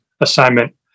assignment